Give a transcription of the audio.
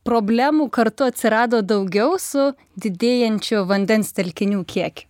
problemų kartu atsirado daugiau su didėjančiu vandens telkinių kiekiu